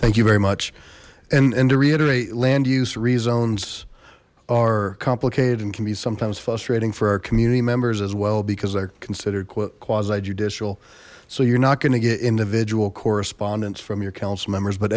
thank you very much and and to reiterate land use reasons are complicated and can be sometimes frustrating for our community members as well because they're considered quasi judicial so you're not going to get individual correspondence from your council members but